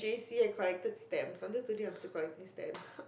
J_C I collected stamps until today I'm still collecting stamps